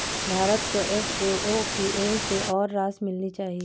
भारत को एफ.ए.ओ की ओर से और राशि मिलनी चाहिए